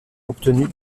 obtenu